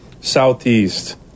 Southeast